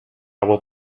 will